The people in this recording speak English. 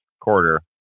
quarter